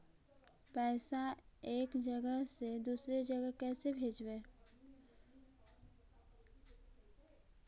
पैसा एक जगह से दुसरे जगह कैसे भेजवय?